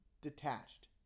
detached